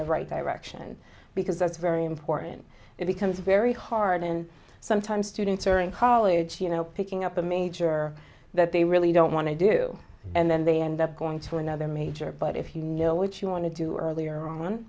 the right direction because that's very important it becomes very hard and sometimes students are in college you know picking up a major that they really don't want to do and then they end up going for another major but if you know what you want to do earlier on